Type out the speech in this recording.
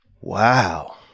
Wow